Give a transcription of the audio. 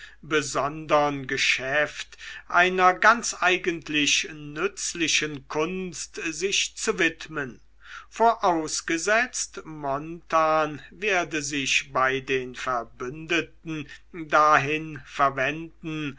besondern geschäft einer ganz eigentlich nützlichen kunst sich zu widmen vorausgesetzt montan werde sich bei den verbündeten dahin verwenden